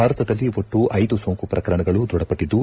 ಭಾರತದಲ್ಲಿ ಒಟ್ಟು ಐದು ಸೋಂಕು ಪ್ರಕರಣಗಳು ದೃಢಪಟ್ಟದ್ದು